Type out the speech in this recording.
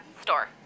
store